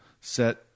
set